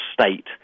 state